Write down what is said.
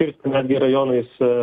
ir netgi rajonais